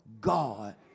God